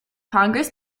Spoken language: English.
congress